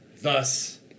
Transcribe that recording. thus